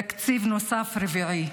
תקציב נוסף, רביעי,